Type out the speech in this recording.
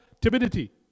timidity